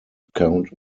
account